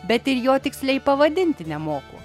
bet ir jo tiksliai pavadinti nemoku